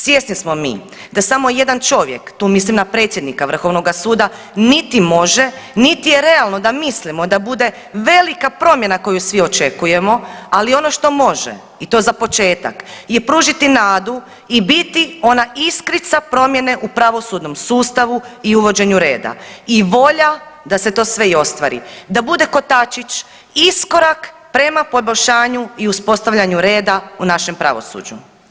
Svjesni smo mi da samo jedan čovjek, tu mislim na predsjednika Vrhovnoga suda niti može niti je realno da mislimo da bude velika promjena koju svi očekujemo, ali ono što može i to za početak je pružiti nadu i biti ona iskrica promjene u pravosudnom sustavu i uvođenju reda i volja da se to sve i ostvari, da bude kotačić, iskorak prema poboljšanju i uspostavljanju reda u našem pravosuđu.